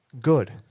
good